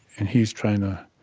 and he's trying to